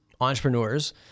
entrepreneurs